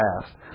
past